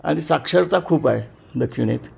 आणि साक्षरता खूप आहे दक्षिणेत